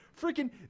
Freaking